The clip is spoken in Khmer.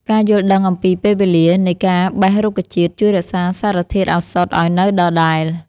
ការយល់ដឹងអំពីពេលវេលានៃការបេះរុក្ខជាតិ ជួយរក្សាសារធាតុឱសថឱ្យនៅដដែល។